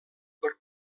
per